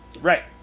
right